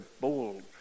bold